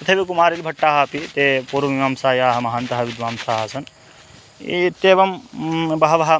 तथैव कुमारिलभट्टाः अपि ते पूर्वमीमांसायाः महान्तः विद्वांसाः आसन् इत्येवं बहवः